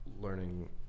learning